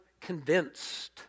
convinced